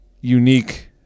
unique